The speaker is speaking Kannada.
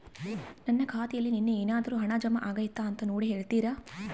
ನನ್ನ ಖಾತೆಯಲ್ಲಿ ನಿನ್ನೆ ಏನಾದರೂ ಹಣ ಜಮಾ ಆಗೈತಾ ಅಂತ ನೋಡಿ ಹೇಳ್ತೇರಾ?